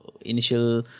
initial